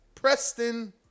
Preston